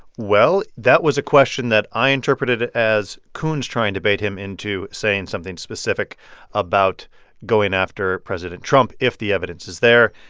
well, that was a question that i interpreted as coons trying to bait him into saying something specific about going after president trump if the evidence is there.